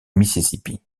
mississippi